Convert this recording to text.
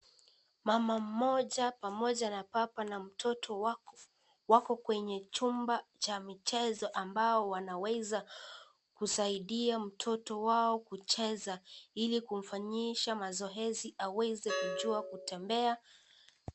Mama mmoja pamoja na baba na mtoto wako kwenye chumba cha michezo ambao wanaweza kusaidia mtoto wao kucheza, ili kumfanyisha mazoezi aweze kujua kutembea.